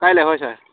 কাইলৈ হয় ছাৰ